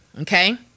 Okay